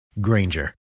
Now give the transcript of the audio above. Granger